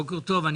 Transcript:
בוקר טוב.